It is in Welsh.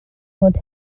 fod